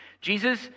Jesus